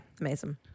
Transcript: amazing